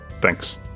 Thanks